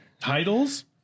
Titles